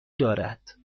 دارد